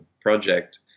project